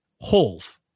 holes